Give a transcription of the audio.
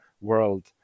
world